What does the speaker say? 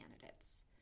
candidates